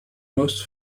most